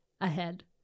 ahead